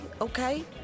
okay